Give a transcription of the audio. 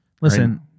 Listen